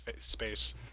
space